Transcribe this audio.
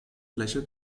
fläche